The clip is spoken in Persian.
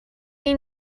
این